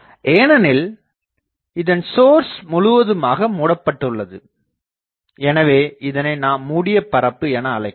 ஏனெனில் இதன் சோர்ஸ் முழுவதுமாக மூடப்பட்டுள்ளது எனவே இதனை நாம் மூடிய பரப்பு என அழைக்கலாம்